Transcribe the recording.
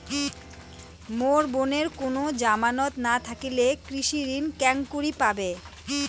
মোর বোনের কুনো জামানত না থাকিলে কৃষি ঋণ কেঙকরি পাবে?